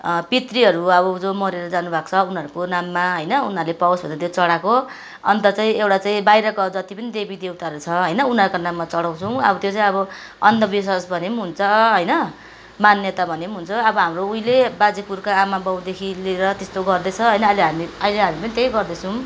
पितृहरू अब जो मरेर जानुभएको छ उनाहरूको नाममा होइन उनीहरूले पावोस् भनेर त्यो चढाएको हो अन्त चाहिँ एउटा चाहिँ बाहिरको अब जति पनि देवी देवताहरू छ होइन उनाहरूको नाममा चढाउँछौँ अब त्यो चाहिँ अब अन्धविश्वास भने पनि हुन्छ होइन मान्यता भने पनि हुन्छ अब हाम्रो उहिले बाजे पुर्खा आमा बाउदेखि लिएर त्यस्तो गर्दैछ होइन अहिले हामी अहिले हामी पनि त्यही गर्दैछौँ